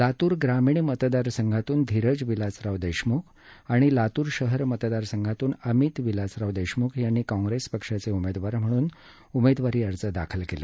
लातूर ग्रामीण मतदारसंघामधून धीरज विलासराव देशमुख आणि लातूर शहर मतदारसंघातून अमित विलासराव देशमुख यांनी काँप्रेस पक्षाचे उमेदवार म्हणून आज उमेदवारी अर्ज दाखल केले